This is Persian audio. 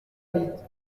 بروید